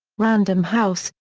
random house,